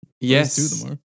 Yes